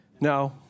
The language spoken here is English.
No